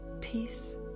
peace